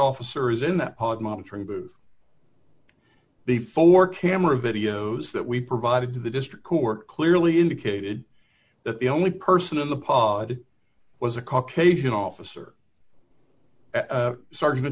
officer is in that pod monitoring booth before camera videos that we provided to the district court clearly indicated that the only person in the pod was a caucasian officer starting to